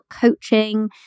coaching